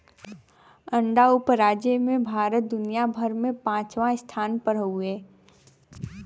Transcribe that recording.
अंडा उपराजे में भारत दुनिया भर में पचवां स्थान पर हउवे